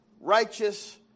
righteous